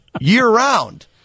year-round